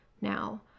Now